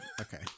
Okay